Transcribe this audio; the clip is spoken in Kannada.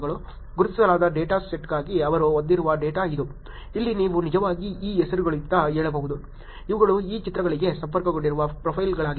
ಗುರುತಿಸಲಾದ ಡೇಟಾ ಸೆಟ್ಗಾಗಿ ಅವರು ಹೊಂದಿರುವ ಡೇಟಾ ಇದು ಇಲ್ಲಿ ನೀವು ನಿಜವಾಗಿ ಈ ಹೆಸರುಗಳೆಂದು ಹೇಳಬಹುದು ಇವುಗಳು ಈ ಚಿತ್ರಗಳಿಗೆ ಸಂಪರ್ಕಗೊಂಡಿರುವ ಪ್ರೊಫೈಲ್ಗಳಾಗಿವೆ